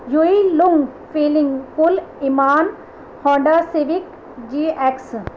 یوئی لنگ فیلنگ فل ایمان ہوڈا سیوک جی ایکس